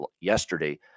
yesterday